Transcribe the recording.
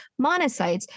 monocytes